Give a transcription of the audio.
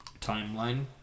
timeline